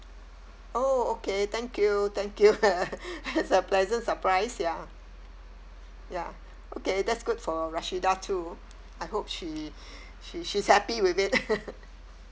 oh okay thank you thank you that's a pleasant surprise ya ya okay that's good for rashidah too I hope she she she's happy with it